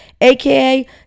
aka